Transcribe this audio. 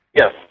Yes